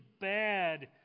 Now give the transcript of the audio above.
bad